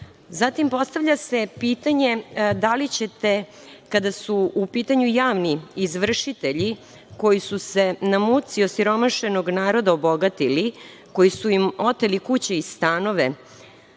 se postavlja pitanje – da li ćete kada su u pitanju javni izvršitelji, koji su se na muci osiromašenog naroda obogatili, koji su im oteli kuće i stanove